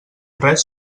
res